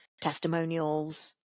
testimonials